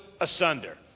asunder